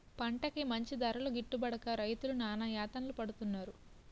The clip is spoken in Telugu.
పంటకి మంచి ధరలు గిట్టుబడక రైతులు నానాయాతనలు పడుతున్నారు